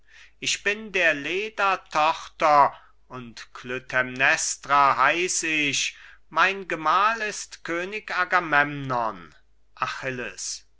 ich bin der leda tochter und klytämnestra heiß ich mein gemahl ist könig agamemnon achilles